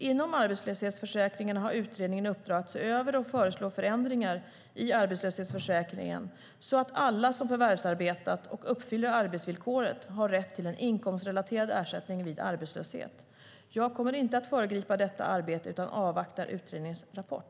Inom arbetslöshetsförsäkringen har utredningen i uppdrag att se över och föreslå förändringar i arbetslöshetsförsäkringen så att alla som har förvärvsarbetat och uppfyller arbetsvillkoret har rätt till en inkomstrelaterad ersättning vid arbetslöshet. Jag kommer inte att föregripa detta arbete utan avvaktar utredningens rapport.